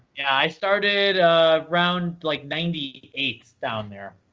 i started around, like, ninety eight down there.